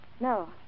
No